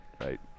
Right